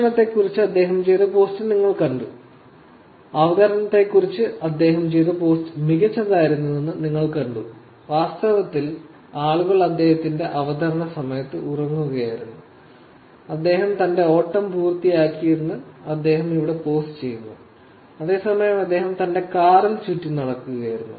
ഭക്ഷണത്തെക്കുറിച്ച് അദ്ദേഹം ചെയ്ത പോസ്റ്റ് നിങ്ങൾ കണ്ടു അവതരണത്തെക്കുറിച്ച് അദ്ദേഹം ചെയ്ത പോസ്റ്റ് മികച്ചതായിരുന്നെന്ന് നിങ്ങൾ കണ്ടു വാസ്തവത്തിൽ ആളുകൾ അദ്ദേഹത്തിന്റെ അവതരണ സമയത്ത് ഉറങ്ങുകയായിരുന്നു അദ്ദേഹം തന്റെ ഓട്ടം പൂർത്തിയാക്കിയെന്ന് അദ്ദേഹം ഇവിടെ പോസ്റ്റുചെയ്യുന്നു അതേസമയം അദ്ദേഹം തന്റെ കാറിൽ ചുറ്റിനടക്കുകയായിരുന്നു